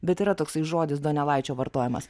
bet yra toksai žodis donelaičio vartojamas